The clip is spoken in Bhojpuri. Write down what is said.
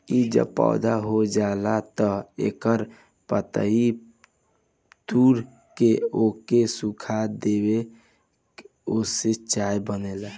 इ जब पौधा हो जाला तअ एकर पतइ तूर के ओके सुखा के ओसे चाय बनेला